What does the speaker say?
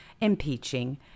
impeaching